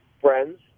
friends